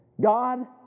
God